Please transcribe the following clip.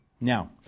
Now